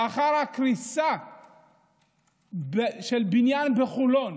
לאחר הקריסה של בניין בחולון,